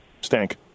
Stank